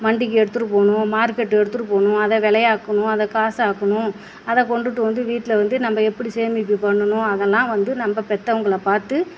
மண்டிக்கு எடுத்துடு போகணும் மார்க்கெட்டுக்கு எடுத்துடு போகணும் அதை விலை ஆக்கணும் அதை காசு ஆக்கணும் அதை கொண்டுட்டு வந்து வீட்டில் வந்து நம்ம எப்படி சேமிப்பு பண்ணணும் அதெல்லாம் வந்து நம்ம பெத்தவங்களை பார்த்து